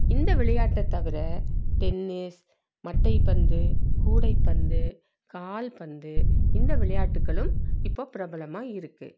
இந்த விளையாட்டை தவிர டென்னிஸ் மட்டைப்பந்து கூடைப்பந்து கால்பந்து இந்த விளையாட்டுகளும் இப்போ பிரபலமாக இருக்குது